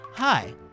Hi